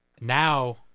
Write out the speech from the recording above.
now